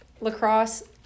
lacrosse